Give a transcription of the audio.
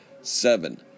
Seven